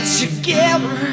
together